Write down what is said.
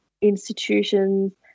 institutions